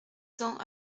cents